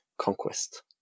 conquest